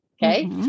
Okay